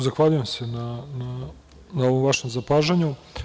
Zahvaljujem se na ovom vašem zapažanju.